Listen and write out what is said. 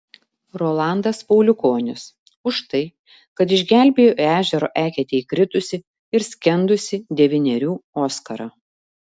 rolandas pauliukonis už tai kad išgelbėjo į ežero eketę įkritusį ir skendusį devynerių oskarą